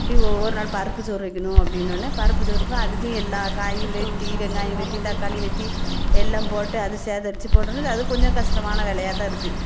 இப்படி ஒவ்வொரு நாள் பருப்பு சோறு வைக்கணும் அப்படின்னோனே பருப்பு சோறுக்கும் அதுக்கும் எல்லா காயும் வெட்டி வெங்காயம் வெட்டி தக்காளி வெட்டி எல்லாம் போட்டு அது சேகரித்து போட்டோன அது கொஞ்சம் கஷ்டமான வேலையாக தான் இருக்குது